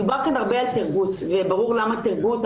דובר כאן הרבה על "טירגוט" וברור למה "טירגוט",